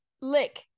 lick